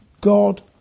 God